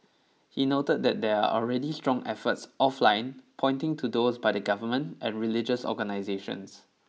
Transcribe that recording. he noted that there are already strong efforts offline pointing to those by the Government and religious organizations